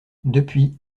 depuis